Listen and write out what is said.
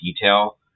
detail